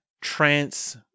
trance